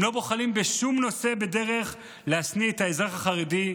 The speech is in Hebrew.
הם לא בוחלים בשום נושא בדרך להשניא את האזרח החרדי.